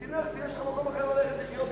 תלך, יש לך מקום אחר ללכת לחיות בו.